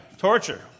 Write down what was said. Torture